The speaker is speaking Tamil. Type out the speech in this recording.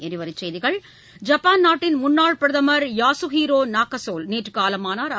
இருவரி செய்திகள் ஜப்பான் நாட்டின் முன்னாள் பிரதம் யாசுஹீரோ நாக்கசோல் நேற்று காலமானாள்